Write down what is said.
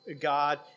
God